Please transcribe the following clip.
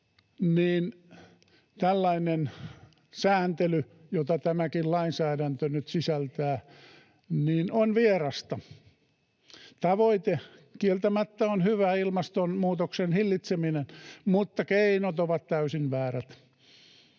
toimia, tällainen sääntely, jota tämäkin lainsäädäntö nyt sisältää, on vierasta. Tavoite kieltämättä on hyvä, ilmastonmuutoksen hillitseminen, mutta keinot ovat täysin väärät